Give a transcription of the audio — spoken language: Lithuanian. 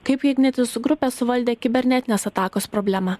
kaip ignitis grupė suvaldė kibernetinės atakos problemą